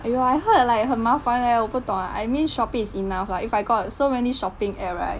!aiyo! I heard like 很麻烦 leh 我不懂 lah I mean shopee is enough lah if I got so many shopping app right